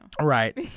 Right